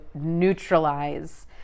neutralize